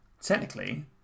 technically